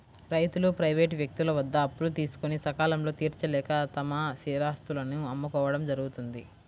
రైతులు ప్రైవేటు వ్యక్తుల వద్ద అప్పులు తీసుకొని సకాలంలో తీర్చలేక తమ స్థిరాస్తులను అమ్ముకోవడం జరుగుతోంది